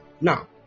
now